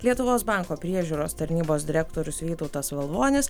lietuvos banko priežiūros tarnybos direktorius vytautas valvonis